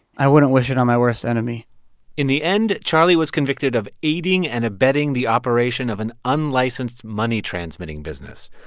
i wouldn't wish it on my worst enemy in the end, charlie was convicted of aiding and abetting the operation of an unlicensed money transmitting business.